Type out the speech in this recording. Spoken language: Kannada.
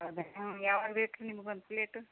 ಅದೇ ನಿಮ್ಗೆ ಯಾವಾಗ ಬೇಕು ರೀ ನಿಮ್ಗೆ ಒಂದು ಪ್ಲೇಟ್